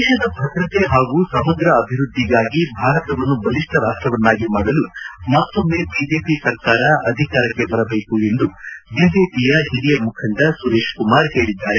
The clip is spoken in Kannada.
ದೇಶದ ಭದ್ರತೆ ಹಾಗೂ ಸಮಗ್ರ ಅಭಿವೃದ್ಧಿಗಾಗಿ ಭಾರತವನ್ನು ಬಲಿಷ್ಠ ರಾಷ್ಟವನ್ನಾಗಿ ಮಾಡಲು ಮತ್ತೊಮ್ಮೆ ಬಿಜೆಪಿ ಸರ್ಕಾರ ಅಧಿಕಾರಕ್ಕೆ ಬರಬೇಕು ಎಂದು ಬಿಜೆಪಿಯ ಹಿರಿಯ ಮುಖಂಡ ಸುರೇಶ್ ಕುಮಾರ್ ಹೇಳದ್ದಾರೆ